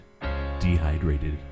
dehydrated